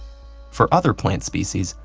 for other plant species,